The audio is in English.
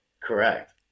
Correct